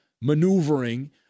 maneuvering